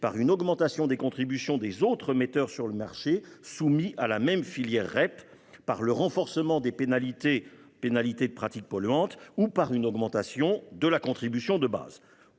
par une augmentation des contributions des autres metteurs sur le marché soumis à la même filière REP, par le renforcement des pénalités de pratiques polluantes ou par une augmentation de la contribution de base.